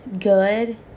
good